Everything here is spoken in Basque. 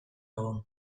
egun